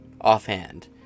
Offhand